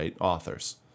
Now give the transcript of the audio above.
authors